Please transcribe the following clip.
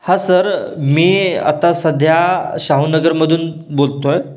हां सर मी आता सध्या शाहू नगरमधून बोलत आहे